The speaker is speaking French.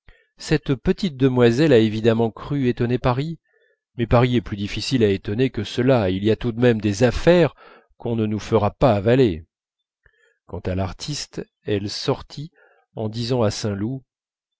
cette petite demoiselle a évidemment cru étonner paris mais paris est plus difficile à étonner que cela et il y a tout de même des affaires qu'on ne nous fera pas avaler quant à l'artiste elle sortit en disant à saint loup